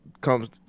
comes